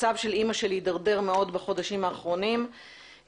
המצב של אימא שלי הידרדר מאוד בחודשים האחרונים ואני